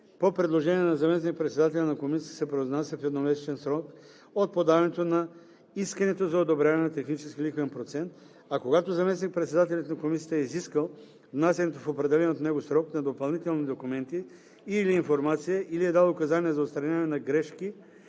по предложение на заместник-председателя на комисията се произнася в едномесечен срок от подаването на искането за одобряване на технически лихвен процент, а когато заместник-председателят на комисията е изискал внасянето в определен от него срок на допълнителни документи и/или информация или е дал указания за отстраняване на грешки